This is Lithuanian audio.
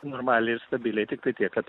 normaliai ir stabiliai tiktai tiek kad